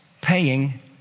paying